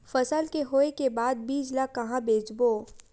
फसल के होय के बाद बीज ला कहां बेचबो?